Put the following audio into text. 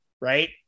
right